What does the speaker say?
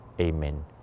Amen